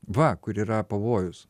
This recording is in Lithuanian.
va kur yra pavojus